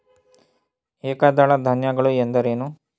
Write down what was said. ಏಕದಳ ಧಾನ್ಯಗಳು ಎಂದರೇನು?